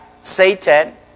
Satan